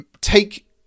take